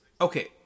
okay